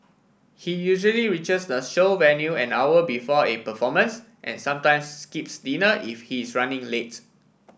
he usually reaches the show venue an hour before a performance and sometimes skips dinner if he is running late